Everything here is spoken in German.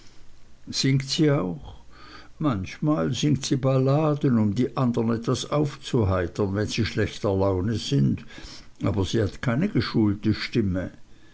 singt sie auch manchmal singt sie balladen um die andern etwas aufzuheitern wenn sie schlechter laune sind aber sie hat keine geschulte stimme